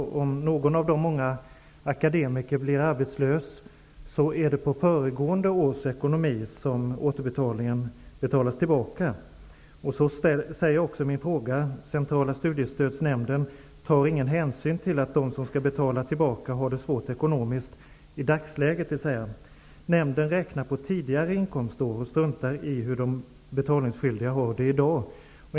När en akademiker blir arbetslös grundas återbetalningen på föregående års ekonomi. Som framgår av min fråga tar Centrala studiestödsnämnden ingen hänsyn till att de som skall betala tillbaka i dagsläget har det svårt ekonomiskt. Nämnden räknar med utgångspunkt i tidigare inkomstår och struntar i hur de betalningsskyldiga har det i dag.